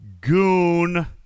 Goon